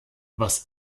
was